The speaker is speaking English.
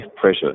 pressure